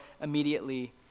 immediately